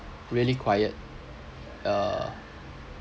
really quiet uh